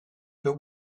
but